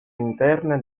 interne